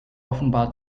offenbar